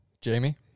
Jamie